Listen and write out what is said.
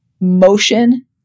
Motion